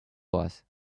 was